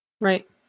right